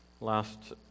Last